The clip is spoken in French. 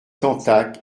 cantac